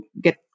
get